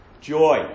joy